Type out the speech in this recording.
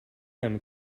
atm